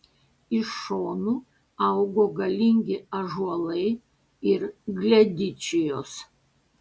iš šonų augo galingi ąžuolai ir gledičijos